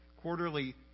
quarterly